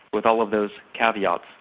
with all of those caveats,